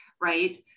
right